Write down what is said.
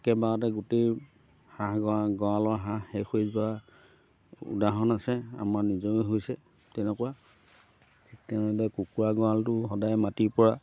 একেবাৰতে গোটেই হাঁহ গঁৰালৰ হাঁহ শেষ হৈ যোৱা উদাহৰণ আছে আমাৰ নিজেৰে হৈছে তেনেকুৱা ঠিক তেনেদৰে কুকুৰা গঁৰালটো সদায় মাটিৰপৰা